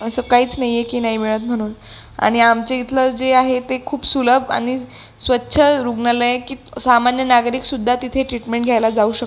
असं काहीच नाहीये की नाही मिळत म्हणून आणि आमचे इथलं जे आहे ते खूप सुलभ आणि स्वच्छ रुग्णालय की सामान्य नागरिक सुद्धा तिथे ट्रीटमेंट घ्यायला जाऊ शक